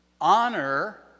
honor